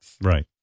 Right